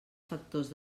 factors